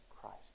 christ